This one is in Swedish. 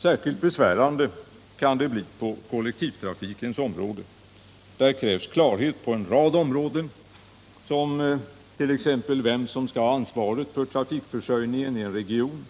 Särskilt besvärande kan det bli på kollektivtrafikens område. Där krävs klarhet på en rad områden som t.ex. vem som skall ha ansvaret för trafikförsörjningen inom en region.